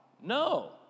No